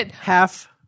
Half